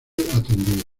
atendía